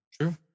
True